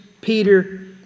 Peter